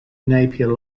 napier